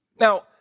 Now